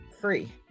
free